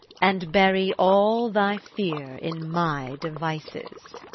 and bury all thy fear in my devices.